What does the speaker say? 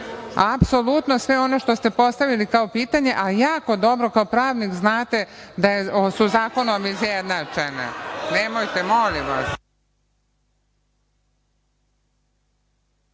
sve ono što ste postavili kao pitanje, a jako dobro kao pravnik znate da su zakonom izjednačene. Nemojte, molim vas.